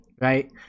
right